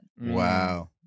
Wow